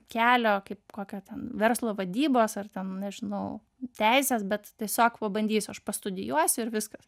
kelio kaip kokia ten verslo vadybos ar ten nežinau teisės bet tiesiog pabandysiu aš pastudijuosiu ir viskas